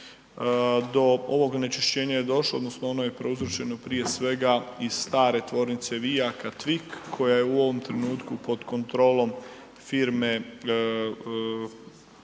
do ovog onečišćenja je došlo odnosno je prouzročeno prije svega iz stare tvornice vijaka Tvik koja je u ovom trenutku pod kontrolom firme ispričavam